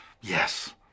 Yes